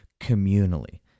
communally